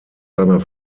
seiner